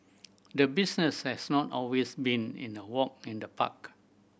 the business has not always been in a walk in the park